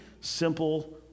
simple